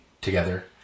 together